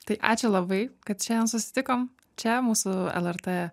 tai ačiū labai kad šiandien susitikom čia mūsų lrt